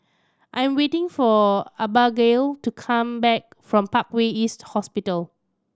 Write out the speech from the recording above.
I'm waiting for Abagail to come back from Parkway East Hospital